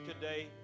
today